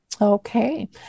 Okay